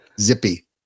Zippy